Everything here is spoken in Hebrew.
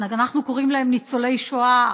אנחנו קוראים להם ניצולי שואה,